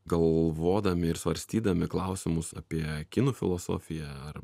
galvodami ir svarstydami klausimus apie kinų filosofiją ar